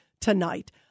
tonight